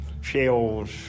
shells